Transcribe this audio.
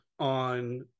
on